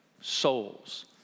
souls